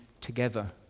together